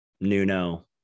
Nuno